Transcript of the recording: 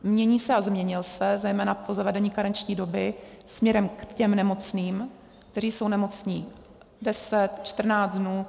Mění se a změnil se zejména po zavedení karenční doby směrem k těm nemocným, kteří jsou nemocní deset, čtrnáct dnů.